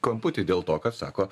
kamputį dėl to kad sako